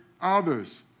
others